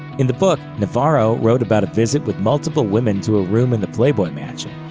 in the book, navarro wrote about a visit with multiple women to a room in the playboy mansion.